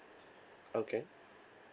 okay